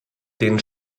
den